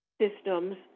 systems